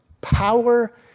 power